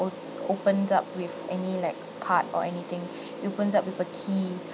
o~ opens up with any like card or anything it opens up with a key